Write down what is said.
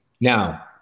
Now